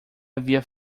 havia